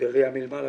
בראייה מלמעלה